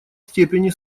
степени